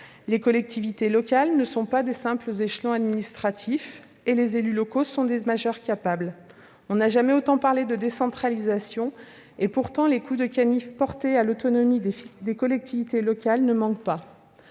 Les collectivités locales ne sont pas de simples échelons administratifs, et les élus locaux sont des majeurs capables. On n'a jamais autant parlé de décentralisation. Pourtant, les coups de canif portés à l'autonomie des collectivités territoriales ne manquent pas.